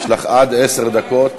(פסק-דין פלילי של בית-משפט צבאי כראיה בהליך אזרחי),